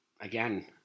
Again